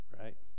right